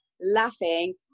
laughing